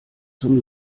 zum